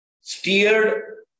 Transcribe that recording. steered